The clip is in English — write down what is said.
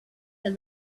for